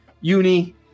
uni